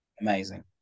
amazing